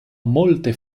molte